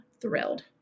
thrilled